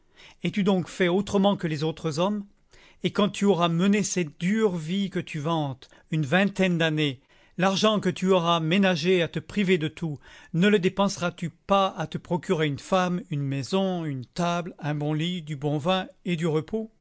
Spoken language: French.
es-tu donc fait autrement que les autres hommes et quand tu auras mené cette dure vie que tu vantes une vingtaine d'années l'argent que tu auras ménagé à te priver de tout ne le dépenseras tu pas à te procurer une femme une maison une table un bon lit du bon vin et du repos